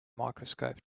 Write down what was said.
microscope